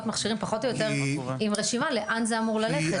מכשירים פחות או יותר עם רשימה לאן זה אמור ללכת.